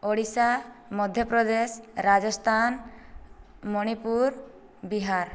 Odisha Madhya Pradesh Rajasthan Manipur Bihar